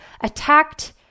attacked